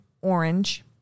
Orange